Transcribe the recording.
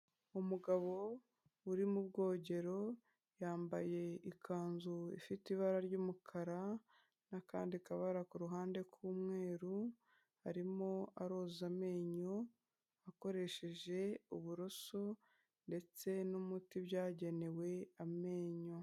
Umugabo uri mu bwogero yambaye ikanzu ifite ibara ry'umukara n'akandi kabara ku ruhande k'umweru arimo aroza amenyo akoresheje uburoso ndetse n'umuti byagenewe amenyo.